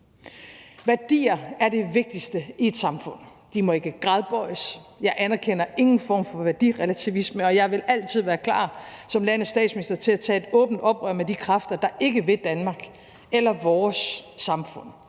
Værdier er det vigtigste i et samfund. De må ikke gradbøjes; jeg anerkender ingen form for værdirelativisme, og jeg vil altid være klar som landets statsminister til at tage et åbent opgør med de kræfter, der ikke vil Danmark eller vores samfund.